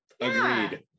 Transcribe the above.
Agreed